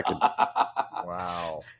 Wow